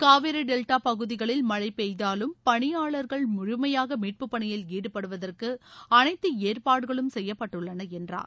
காவிரி டெவ்டா பகதிகளில் மழை பெய்தாலும் பணியாளர்கள் முழுமையாக மீட்புப் பணியில் ஈடுபடுவதற்கு அனைத்து ஏற்பாடுகளும் செய்யப்பட்டுள்ளன என்றார்